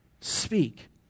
speak